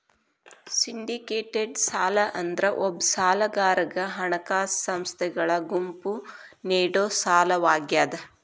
syndicated ಸಾಲ ಅಂದ್ರ ಒಬ್ಬ ಸಾಲಗಾರಗ ಹಣಕಾಸ ಸಂಸ್ಥೆಗಳ ಗುಂಪು ನೇಡೊ ಸಾಲವಾಗ್ಯಾದ